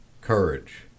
Courage